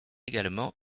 également